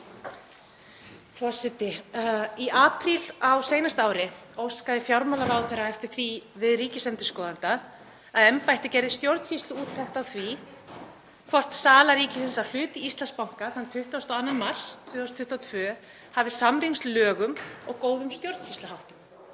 Forseti. Í apríl á síðasta ári óskaði fjármálaráðherra eftir því við ríkisendurskoðanda að embættið gerði stjórnsýsluúttekt á því hvort sala ríkisins á hlut í Íslandsbanka þann 22. mars 2022 hafi samræmst lögum og góðum stjórnsýsluháttum.